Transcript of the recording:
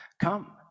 Come